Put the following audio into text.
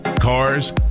cars